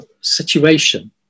situation